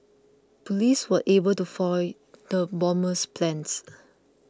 police were able to foil the bomber's plans